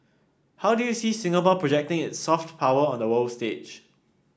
how do you see Singapore projecting its soft power on the world stage